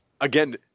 again